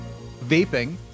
vaping